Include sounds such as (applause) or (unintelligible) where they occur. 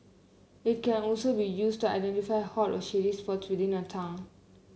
it can also be used to identify hot or shady (unintelligible) within a town